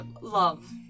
love